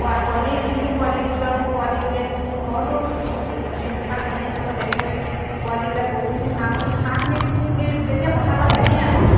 পোৱা কণী কিনিও পোৱালি দিছিলোঁ আৰু পোৱালি উলিয়াইছিলোঁ মোৰ ঘৰতো যিমান কণী আছিলে মই তেনেকৈ পোৱালি উলিয়াই বহুতখিনি হাঁহ হ'ল সেই হাঁহখিনি সি যেতিয়া পথাৰৰ পৰা খেদি আনো